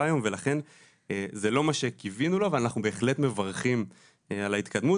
היום ולכן זה לא מה שקיווינו לו ואנחנו בהחלט מברכים על ההתקדמות